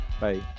Bye